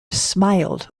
smiled